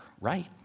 right